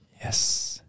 Yes